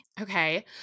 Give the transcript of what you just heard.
Okay